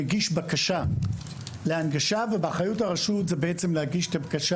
מגיש בקשה להנגשה ובאחריות הרשות להגיש את הבקשה